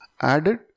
added